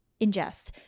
ingest